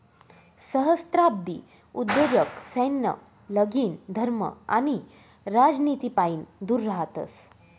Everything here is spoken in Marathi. सहस्त्राब्दी उद्योजक सैन्य, लगीन, धर्म आणि राजनितीपाईन दूर रहातस